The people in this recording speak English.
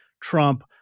Trump